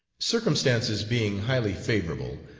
circumstances being highly favorable,